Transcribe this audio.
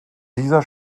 dieser